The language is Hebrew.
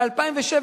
ב-2007,